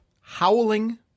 Howling